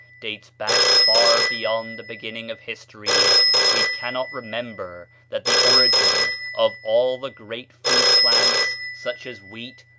dates back far beyond the beginning of history we cannot remember that the origin of all the great food-plants, such as wheat,